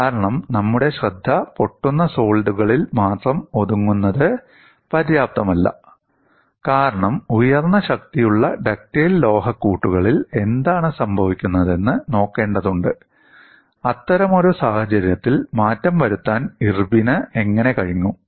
കാരണം നമ്മുടെ ശ്രദ്ധ പൊട്ടുന്ന സോളിഡുകളിൽ മാത്രം ഒതുങ്ങുന്നത് പര്യാപ്തമല്ല കാരണം ഉയർന്ന ശക്തിയുള്ള ഡക്റ്റൈൽ ലോഹക്കൂട്ടുകളിൽ എന്താണ് സംഭവിക്കുന്നതെന്ന് നോക്കേണ്ടതുണ്ട് അത്തരമൊരു സാഹചര്യത്തിൽ മാറ്റം വരുത്താൻ ഇർവിന് എങ്ങനെ കഴിഞ്ഞു